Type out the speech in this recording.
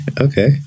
Okay